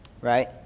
right